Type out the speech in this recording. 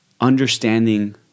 understanding